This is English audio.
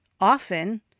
often